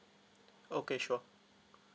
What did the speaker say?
okay sure